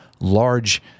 large